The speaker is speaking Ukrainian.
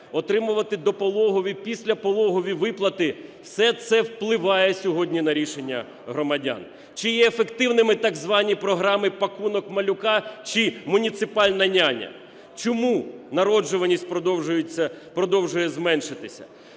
отримувати допологові, післяпологові виплати – все це впливає сьогодні на рішення громадян. Чи є ефективними так звані програми "Пакунок малюка" чи "Муніципальна няня"? Чому народжуваність продовжує зменшуватися?